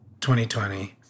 2020